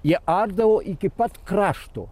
jie ardavo iki pat krašto